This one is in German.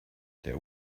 der